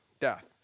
death